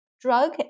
drug